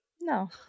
No